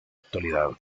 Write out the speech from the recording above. actualidad